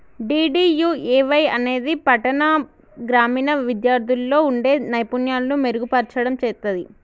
DDUAY అనేది పట్టాణ, గ్రామీణ విద్యార్థుల్లో వుండే నైపుణ్యాలను మెరుగుపర్చడం చేత్తది